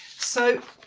so,